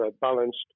balanced